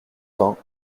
vingt